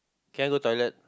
can I go toilet